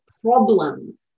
problem